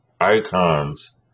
icons